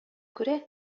күрә